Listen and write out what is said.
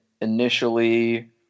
initially